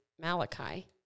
Malachi